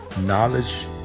knowledge